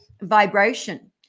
vibration